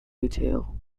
retail